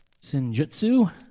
Sinjutsu